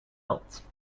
else